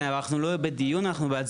כן, אבל אנחנו לא בדיון, אחנו בהצבעות.